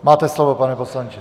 Máte slovo, pane poslanče.